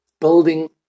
building